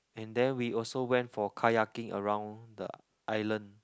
and then we also went for kayaking around the island